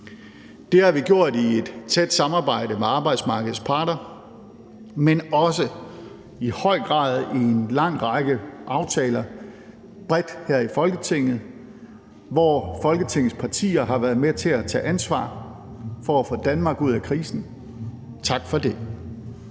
Det har vi gjort i et tæt samarbejde med arbejdsmarkedets parter, men i høj grad også i en lang række aftaler bredt her i Folketinget, hvor Folketingets partier har været med til at tage ansvar for at få Danmark ud af krisen. Tak for det.